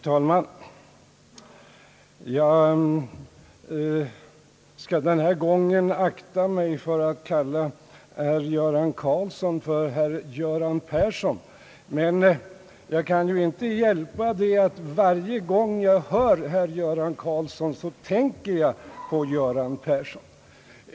Herr talman! Den här gången skall jag akta mig för att kalla herr Göran Karlsson för Göran Persson, men jag kan inte hjälpa att varje gång jag hör herr Karlsson så tänker jag på Göran Persson.